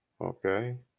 Okay